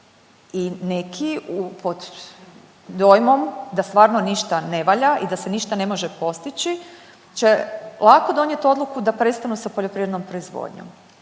i neki pod dojmom da stvarno ništa ne valja i da se ništa ne može postići će lako donijet odluku da prestanu sa poljoprivrednom proizvodnju.